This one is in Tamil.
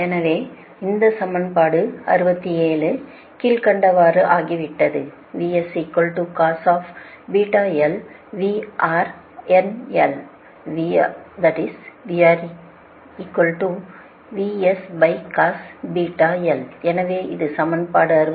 எனவே இந்த சமன்பாடு 67 கீழ்க்கண்டவாறு ஆகிவிடும் எனவே அது சமன்பாடு 69